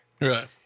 Right